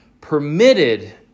permitted